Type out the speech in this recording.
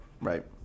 right